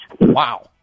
Wow